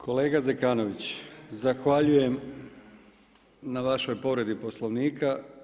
Kolega Zekanović, zahvaljujem na vašoj povredi Poslovnika.